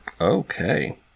Okay